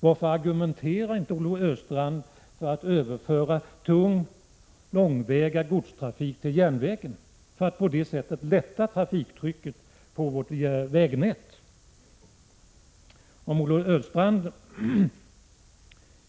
Varför argumenterar inte Olle Östrand för överföring av tung långväga godstrafik till järnvägen, varigenom trafiktrycket på vårt vägnät kan lättas. Om Olle Östrand